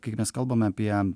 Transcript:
kai mes kalbame apie